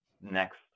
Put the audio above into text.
next